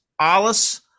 alice